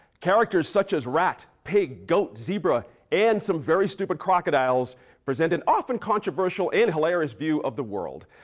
characters such as rat, pig, goat, zebra and some very stupid crocodiles present an often controversial and hilarious view of the world.